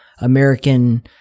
American